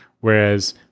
Whereas